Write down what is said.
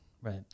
Right